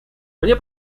мне